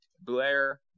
Blair